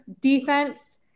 defense